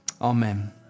amen